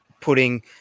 putting